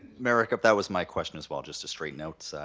mayor redekop that was my question as well, just to straighten out.